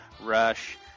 rush